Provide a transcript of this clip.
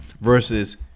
Versus